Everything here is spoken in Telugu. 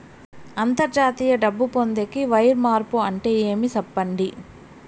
అంతర్జాతీయ డబ్బు పొందేకి, వైర్ మార్పు అంటే ఏమి? సెప్పండి?